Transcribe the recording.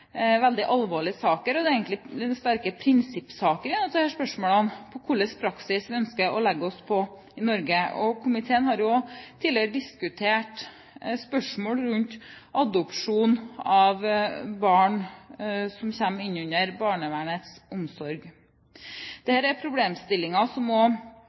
veldig alvorlige saker, og det er sterke prinsippsaker i disse spørsmålene om hva slags praksis vi ønsker å legge oss på i Norge. Komiteen har tidligere diskutert spørsmål rundt adopsjon av barn som kommer innunder barnevernets omsorg. Dette er problemstillinger som